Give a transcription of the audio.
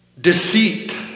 Deceit